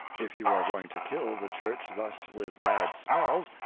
if you are going to kill the church thus with bad smells,